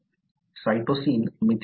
cytosine methylated होते